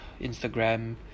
instagram